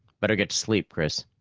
better get to sleep, chris.